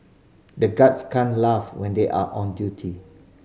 the guards can't laugh when they are on duty